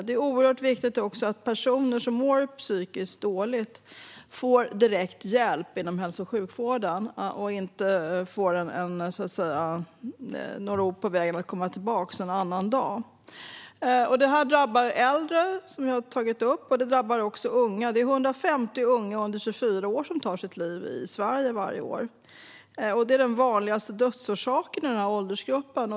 Det är oerhört viktigt att personer som mår psykiskt dåligt får direkt hjälp inom hälso och sjukvården och inte får några ord på vägen om att komma tillbaka någon annan dag. Det drabbar äldre, som jag har tagit upp tidigare, och det drabbar också unga. Det är 150 unga under 24 år som tar sitt liv i Sverige varje år. Det är den vanligaste dödsorsaken i den åldersgruppen.